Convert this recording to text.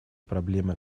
проблема